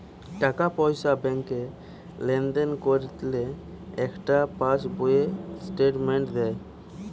টাকা পয়সা ব্যাংকে লেনদেন করলে একটা পাশ বইতে স্টেটমেন্ট দেয়